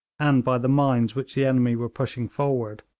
and by the mines which the enemy were pushing forward.